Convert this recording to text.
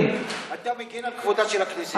אתה מגן על כבודה של הכנסת.